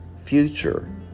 future